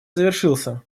завершился